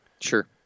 Sure